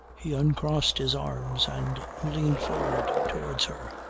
he uncrossed his arms and leaned forward towards her.